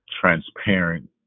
transparent